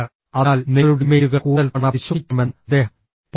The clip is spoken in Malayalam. അതിനാൽ നിങ്ങളുടെ ഇമെയിലുകൾ കൂടുതൽ തവണ പരിശോധിക്കണമെന്ന് അദ്ദേഹം പറയുന്നു